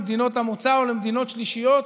למדינות המוצא או למדינות שלישיות,